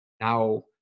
Now